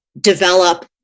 develop